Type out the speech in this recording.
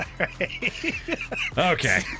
Okay